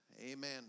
amen